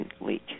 leak